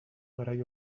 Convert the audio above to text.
garai